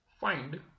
Find